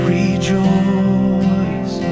rejoice